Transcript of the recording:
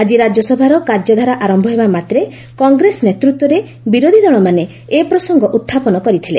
ଆଜି ରାଜ୍ୟସଭାର କାର୍ଯ୍ୟଧାରା ଆରମ୍ଭ ହେବା ମାତେ କଂଗ୍ରେସ ନେତୃତ୍ୱରେ ବିରୋଧୀଦଳମାନେ ଏ ପ୍ରସଙ୍ଗ ଉହ୍ଚାପନ କରିଥିଲେ